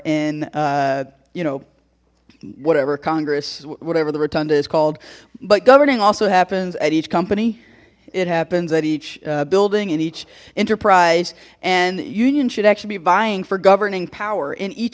in you know whatever congress whatever the rotunda is called but governing also happens at each company it happens at each building and each enterprise and union should actually be buying for governing power in each